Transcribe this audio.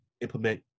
implement